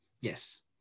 Yes